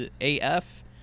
AF